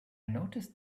noticed